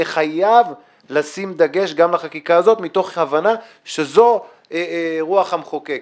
יהיה חייב לשים דגש על החקיקה הזאת מתוך הבנה שזאת רוח המחוקק.